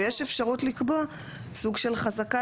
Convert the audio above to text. ויש אפשרות לקבוע סוג של חזקה,